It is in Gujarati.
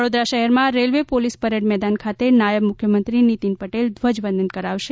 વડોદરા શહેરમાં રેલવે પોલીસ પરેડ મેદાન ખાતે નાયબ મુખ્યમંત્રી નીતિન પટેલ ધ્વજ વંદન કરાવશે